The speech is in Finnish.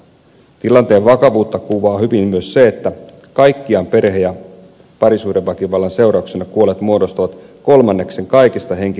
tilanteen vakavuutta kuvaa hyvin myös se että kaikkiaan perhe ja parisuhdeväkivallan seurauksena kuolleet muodostavat kolmanneksen kaikista henkirikoksista suomessa